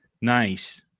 Nice